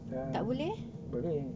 dah boleh